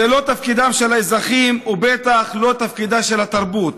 זה לא תפקידם של האזרחים ובטח לא תפקידה של התרבות.